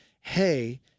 Hey